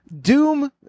Doom